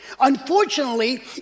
Unfortunately